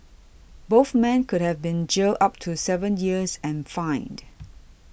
both men could have been jailed up to seven years and fined